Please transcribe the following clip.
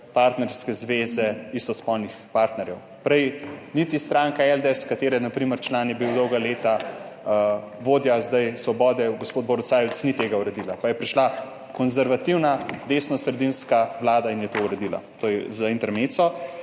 partnerske zveze istospolnih partnerjev. Prej niti stranka LDS, katere na primer član je bil dolga leta zdaj vodja Svobode gospod Borut Sajovic, ni tega uredila. Pa je prišla konservativna desnosredinska vlada in je to uredila. To je za intermezzo.